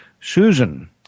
Susan